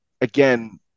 again